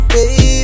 Baby